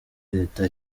leta